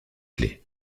clefs